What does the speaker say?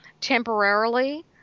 temporarily